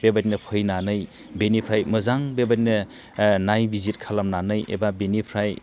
बेबादिनो फैनानै बेनिफ्राय मोजां बेबादिनो नायबिजिर खालामनानै एबा बेनिफ्राय